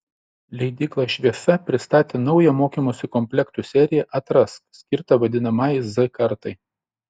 leidykla šviesa pristatė naują mokymosi komplektų seriją atrask skirtą vadinamajai z kartai